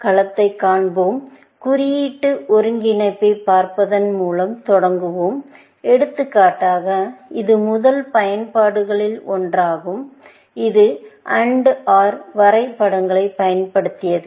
ஒரு களத்தைக் காண்போம் குறியீட்டு ஒருங்கிணைப்பைப் பார்ப்பதன் மூலம் தொடங்குவோம் எடுத்துக்காட்டாக இது முதல் பயன்பாடுகளில் ஒன்றாகும் இது AND OR வரை படங்களைப் பயன்படுத்தியது